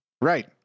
right